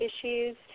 issues